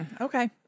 Okay